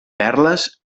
perles